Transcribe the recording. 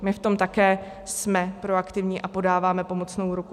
My v tom také jsme proaktivní a podáváme pomocnou ruku.